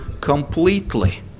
completely